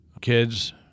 Kids